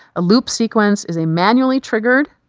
a loop sequence is a manually triggered,